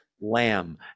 Lamb